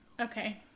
Okay